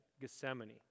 Gethsemane